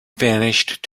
vanished